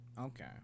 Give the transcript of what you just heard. okay